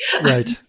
right